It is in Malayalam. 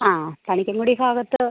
ആ പണിക്കൻകുടി ഭാഗത്ത്